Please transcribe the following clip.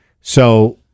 So-